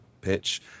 pitch